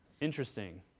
interesting